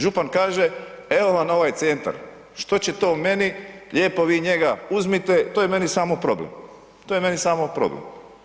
Župan kaže evo vam ovaj centar, što će to meni, lijepo vi njega uzmite, to je meni samo problem, to je meni samo problem.